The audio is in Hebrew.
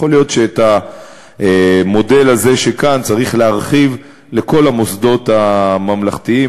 שאת המודל הזה שכאן צריך להרחיב לכל המוסדות הממלכתיים,